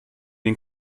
den